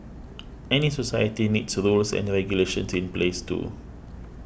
any society needs rules and regulations in place too